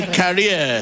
career